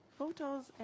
photos